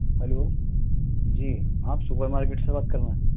hello جی آپ supermarket سے بات کر رہے ہیں